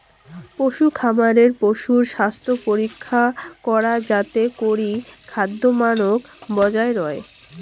পশুখামারে পশুর স্বাস্থ্যপরীক্ষা করা যাতে করি খাদ্যমানক বজায় রয়